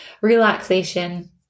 relaxation